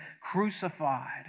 crucified